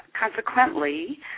consequently